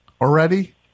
already